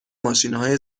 ماشینهای